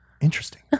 interesting